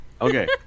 Okay